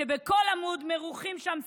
כשבכל עמוד מרוחים שם סיסמאות,